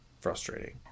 frustrating